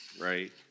right